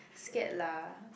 scared lah